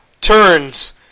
turns